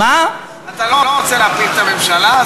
אתה לא רוצה להפיל את הממשלה,